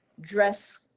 dress